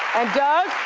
and